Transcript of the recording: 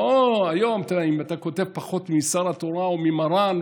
היום אם אתה כותב פחות מ"שר התורה" או מ"מרן",